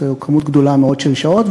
זה מספר גדול מאוד של שעות,